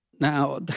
Now